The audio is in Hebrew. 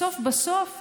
בסוף בסוף,